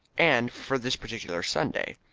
and for this particular sunday,